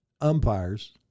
umpires